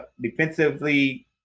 Defensively